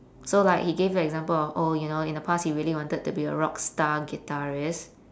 so like he gave an example of oh you know in the past he wanted to be a rock star guitarist